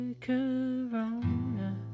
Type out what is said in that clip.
Corona